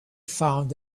found